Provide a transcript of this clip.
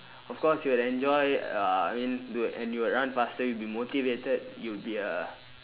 of course you will enjoy uh I mean you and you would run faster you'd be motivated you'd be a